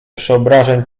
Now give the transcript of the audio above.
przeobrażeń